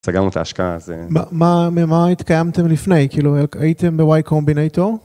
סגרנו את ההשקעה הזה. ממה התקיימתם לפני, כאילו הייתם בוואי קומבינטור?